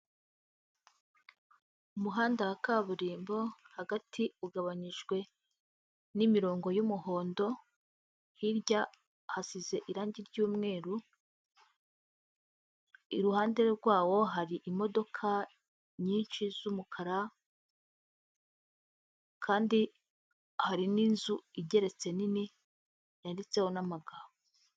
Umuhanda wa kaburimbo hagati ugabanijwe n'imirongo y'umuhondo hirya hasize irangi ry'umweru, iruhande rwawo hari imodoka nyinshi zumukara kandi hari n'inzu igeretse nini yanditseho n'amagambo.